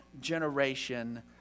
generation